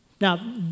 Now